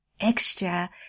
extra